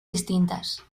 distintas